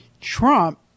Trump